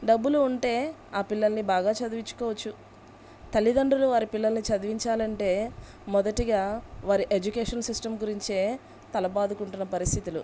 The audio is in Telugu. డబ్బులు ఉంటే ఆ పిల్లల్ని బాగా చదివిచుకోవచ్చు తల్లిదండ్రులు వారి పిల్లల్ని చదివించాలంటే మొదటిగా వారి ఎడ్యుకేషన్ సిస్టమ్ గురించే తల బాదుకుంటున్న పరిస్థితులు